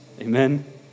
Amen